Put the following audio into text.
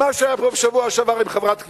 גם מה שהיה פה בשבוע שעבר עם חברת כנסת.